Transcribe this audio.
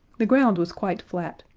the ground was quite flat,